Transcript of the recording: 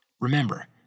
Remember